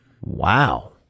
Wow